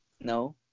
No